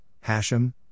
Hashem